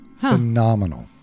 Phenomenal